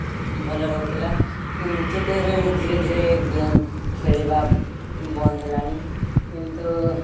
ଭଲ ରହୁଥିଲା କିନ୍ତୁ ଏବେ ଧୀରେ ଧୀରେ ଗେମ୍ ଖେଳିବା ବନ୍ଦ ହେଲାଣି କିନ୍ତୁ